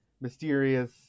mysterious